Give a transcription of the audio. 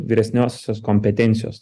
vyresniosios kompetencijos